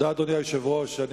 אדוני היושב-ראש, תודה.